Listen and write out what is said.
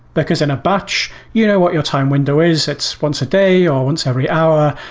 because in a batch, you know what your time window is. it's once a day or once every hour,